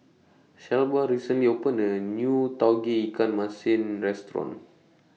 Shelba recently opened A New Tauge Ikan Masin Restaurant